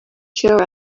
sure